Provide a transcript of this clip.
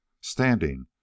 standing